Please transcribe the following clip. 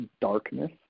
darkness